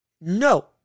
No